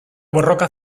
borroka